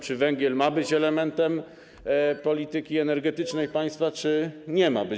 Czy węgiel ma być elementem polityki energetycznej państwa, czy ma nie być?